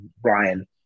Brian